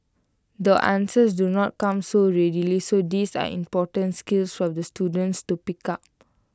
the answers do not come so readily so these are important skills for the students to pick up